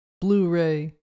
Blu-ray